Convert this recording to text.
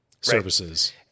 services